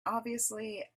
obviously